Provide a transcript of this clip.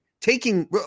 taking